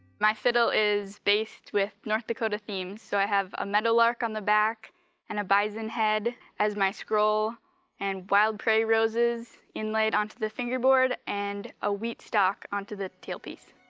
my fiddle is based with north dakota themes. so i have a meadowlark on the back and a bison head as my scroll and wild prairie roses inlaid onto the fingerboard and a wheat stalk onto the tailpiece.